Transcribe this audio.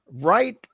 right